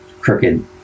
crooked